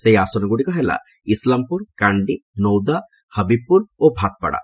ସେହି ଆଇନଗୁଡିକ ହେଲା ଇସଲାମପୁର କାଣ୍ଡି ନୌଦା ହବିବାପୁର ଓ ଭାତପାଡା